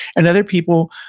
and other people,